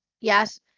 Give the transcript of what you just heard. yes